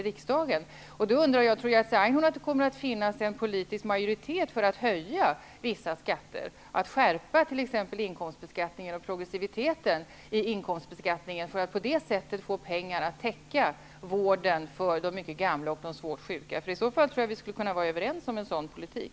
Tror Jerzy Einhorn att det kommer att finnas en politisk majoritet för att höja vissa skatter, t.ex. skärpa progressiviteten i inkomstbeskattningen, för att på det sättet få pengar till vården av de mycket gamla och svårt sjuka? I så fall tror jag att vi skulle kunna vara överens om en sådan politik.